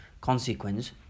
consequence